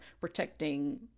protecting